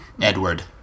Edward